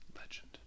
legend